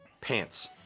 pants